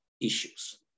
issues